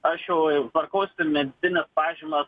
aš jau tvarkausi medicinines pažymas